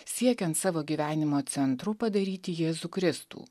siekiant savo gyvenimo centru padaryti jėzų kristų